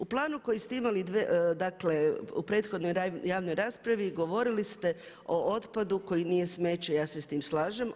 U planu koji ste imali dakle u protekloj javnoj raspravi govorili ste o otpadu koji nije smeće, ja se s tim slažem.